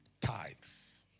tithes